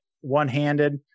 one-handed